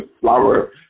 flower